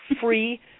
free